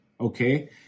okay